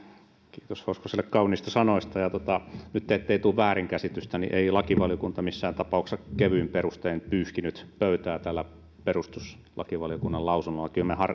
kiitos hoskoselle kauniista sanoista ettei nyt tule väärinkäsitystä niin ei lakivaliokunta missään tapauksessa kevyin perustein pyyhkinyt pöytää tällä perustuslakivaliokunnan lausunnolla kyllä me